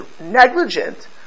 negligent